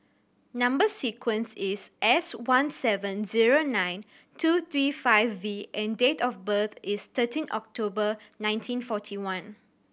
number sequence is S one seven zero nine two three five V and date of birth is thirteen October nineteen forty one